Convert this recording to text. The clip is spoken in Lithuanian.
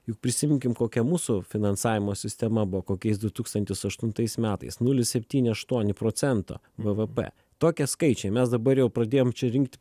juk prisiminkim kokia mūsų finansavimo sistema buvo kokiais du tūkstantis aštuntais metais nulis septyni aštuoni procento bvp tokie skaičiai mes dabar jau pradėjom rinkt